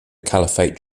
caliphate